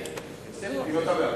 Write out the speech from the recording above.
נתקבלה.